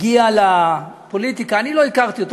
הגיע לפוליטיקה, אני לא הכרתי אותו.